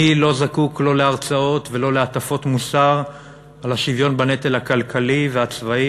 אני לא זקוק לא להרצאות ולא להטפות מוסר על השוויון בנטל הכלכלי והצבאי,